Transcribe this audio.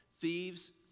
thieves